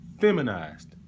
feminized